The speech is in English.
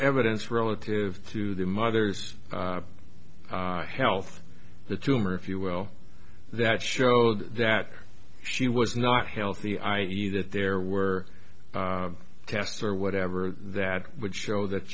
evidence relative to the mother's health the tumor if you will that showed that she was not healthy i e that there were tests or whatever that would show that